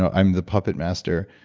i'm the puppet master,